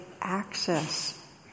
access